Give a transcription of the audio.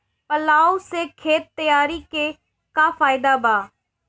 Plough से खेत तैयारी के का फायदा बा?